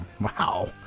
Wow